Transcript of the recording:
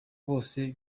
bose